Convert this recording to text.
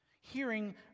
Hearing